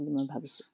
বুলি মই ভাবিছোঁ